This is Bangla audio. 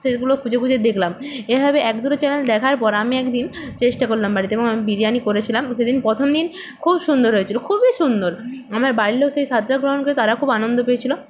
সেইগুলো খুঁজে খুঁজে দেখলাম এভাবে এক দুটো চ্যানেল দেখার পর আমি এক দিন চেষ্টা করলাম বাড়িতে এবং আমি বিরিয়ানি করেছিলাম সেদিন প্রথম দিন খুব সুন্দর হয়েছিল খুবই সুন্দর আমার বাড়ির লোক সেই স্বাদটা গ্রহণ করে তারাও খুব আনন্দ পেয়েছিল